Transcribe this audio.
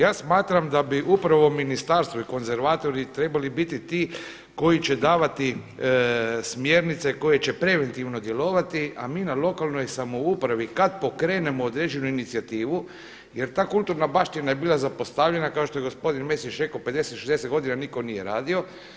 Ja smatram da bi upravo ministarstvo i konzervatori trebali biti ti koji će davati smjernice koje će preventivno djelovati, a mi na lokalnoj samoupravi kad pokrenemo određenu inicijativu, jer ta kulturna baština je bila zapostavljena kao što je gospodin Mesić rekao 50, 60 godina nitko nije radio.